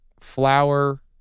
flour